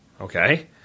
okay